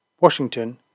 Washington